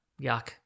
Yuck